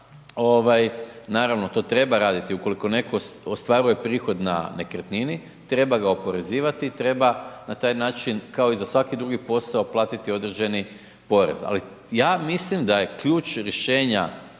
naravno, to treba raditi, ukoliko netko ostvaruje prihod na nekretnini, treba ga oporezivati, treba na taj način, kao i za svaki drugi posao platiti određeni porez, ali ja mislim da je ključ rješenja